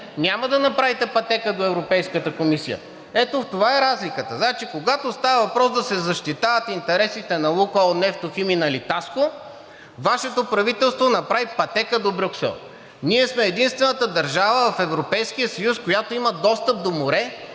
няма да направите пътека до Европейската комисия. Ето, в това е разликата. Значи, когато става въпрос да се защитават интересите на „Лукойл Нефтохим“ и на „Литаско“, Вашето правителство направи пътека до Брюксел. Ние сме единствената държава в Европейския съюз, която има достъп до море